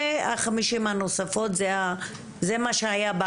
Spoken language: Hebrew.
והחמישים הנוספים זה מה שהיה,